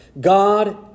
God